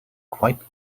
quite